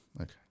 okay